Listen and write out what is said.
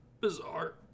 bizarre